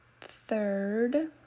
third